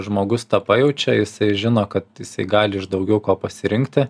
žmogus tą pajaučia jisai žino kad jisai gali iš daugiau ko pasirinkti